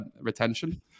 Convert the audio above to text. retention